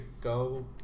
go